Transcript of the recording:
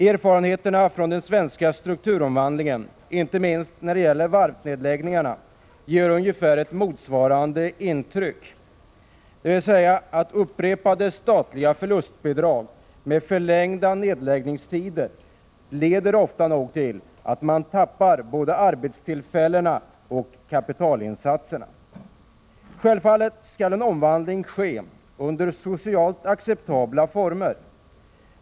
Erfarenheterna från den svenska strukturomvandlingen, inte minst när det gäller varvsnedläggningarna, ger ungefär ett motsvarande intryck, dvs. att upprepade statliga förlustbidrag med förlängda nedläggningstider ofta leder till att man tappar både arbetstillfällena och kapitalinsatserna. Självfallet skall en omvandling ske under socialt acceptabla former.